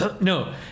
No